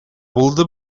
булды